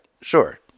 Sure